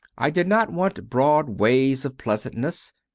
i did not want broad ways of pleasantness,